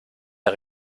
der